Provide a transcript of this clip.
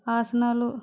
ఆసనాలు